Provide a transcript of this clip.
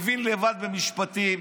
מבין לבד במשפטים.